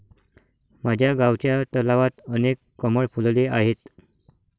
माझ्या गावच्या तलावात अनेक कमळ फुलले आहेत